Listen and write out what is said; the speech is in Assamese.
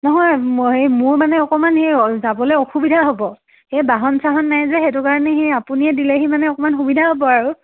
নহয় ম হেৰি মোৰ মানে অকণমান সেই যাবলৈ অসুবিধা হ'ব সেই বাহন চাহন নাই যে সেইটো কাৰণে সেই আপুনিয়েই দিলেহি অকণ সুবিধা হ'ব আৰু